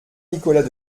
nicolas